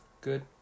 Good